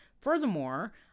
Furthermore